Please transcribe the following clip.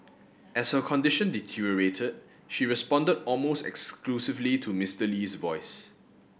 as her condition deteriorated she responded almost exclusively to Mister Lee's voice